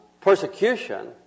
persecution